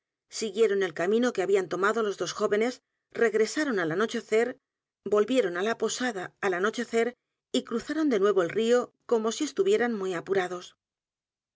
siguieron el camino que habían tomado los dos jóvenes regresaron al anochecer volvieron á la posada al anochecer y cruzaron de nuevo el río como si estuvieran m u y apurados